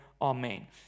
Amen